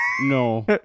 no